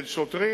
של שוטרים.